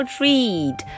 Treat